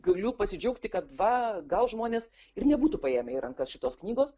galiu pasidžiaugti kad va gal žmonės ir nebūtų paėmę į rankas šitos knygos